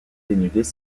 dénudés